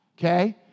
Okay